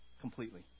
completely